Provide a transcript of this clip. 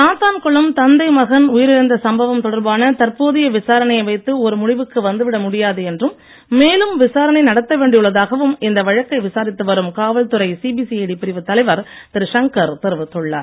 சாத்தான்குளம் தந்தை மகன் உயிரிழந்த சம்பவம் தொடர்பான தற்போதைய விசாரணையை வைத்து ஒரு முடிவுக்கு வந்துவிட முடியாது என்றும் மேலும் விசாரணை நடத்த வேண்டியுள்ளதாவும் இந்த வழக்கை விசாரித்து வரும் காவல்துறை சிபிசிஐடி பிரிவு தலைவர் திரு சங்கர் தெரிவித்துள்ளார்